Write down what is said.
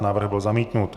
Návrh byl zamítnut.